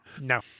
No